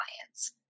clients